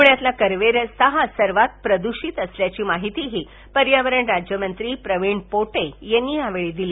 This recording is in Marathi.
पुण्यातला कर्वे रस्ता हा सर्वात प्रदूषित असल्याची माहितीही पर्यावरण राज्यमंत्री प्रवीण पोटे यांनी यावेळी दिली